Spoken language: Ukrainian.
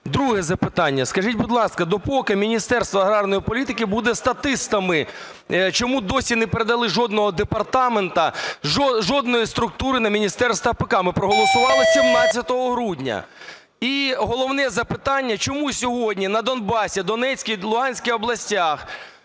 Друге запитання. Скажіть, будь ласка, допоки Міністерство аграрної політики буде статистами? Чому досі не передали жодного департаменту, жодної структури на Міністерство АПК, ми проголосували 17 грудня. І головне запитання. Чому сьогодні на Донбасі, в Донецькій, Луганській областях,